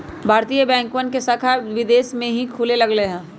भारतीय बैंकवन के शाखा विदेश में भी खुले लग लय है